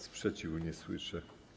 Sprzeciwu nie słyszę.